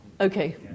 Okay